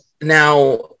now